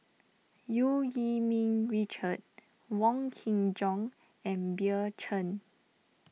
Eu Yee Ming Richard Wong Kin Jong and Bill Chen